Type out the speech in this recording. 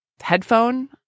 headphone